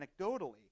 anecdotally